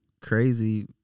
crazy